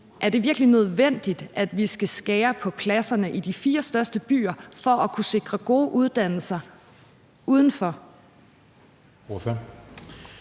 er det virkelig nødvendigt, at vi skal skære på pladserne i de fire største byer for at kunne sikre gode uddannelser uden for